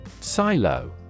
Silo